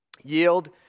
Yield